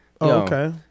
okay